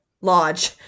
Lodge